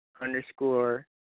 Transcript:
underscore